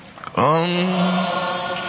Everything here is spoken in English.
Come